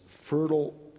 fertile